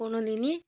কোনো দিনই